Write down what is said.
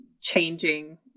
changing